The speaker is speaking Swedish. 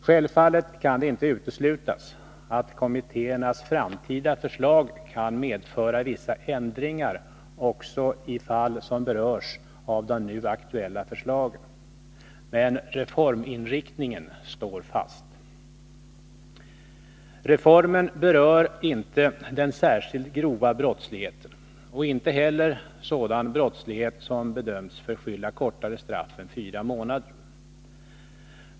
Självfallet kan det inte uteslutas att kommittéernas framtida förslag kan medföra vissa ändringar också i fall som omfattas av de nu aktuella förslagen, men reformens inriktning står fast. Reformen berör inte den särskilt grova brottsligheten. Den berör inte heller sådan brottslighet som bedöms förskylla kortare straff än fyra månader.